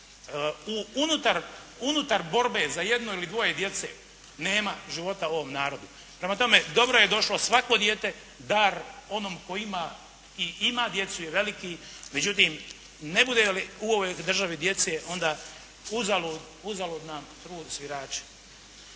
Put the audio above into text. Unutar borbe za jedno ili dvoje djece nema života u ovom narodu. Prema tome, dobro je došlo svako dijete, dar onom tko ima, i imati djecu je veliki, međutim, ne bude li u ovoj državi djece, onda uzalud nam trud svirači.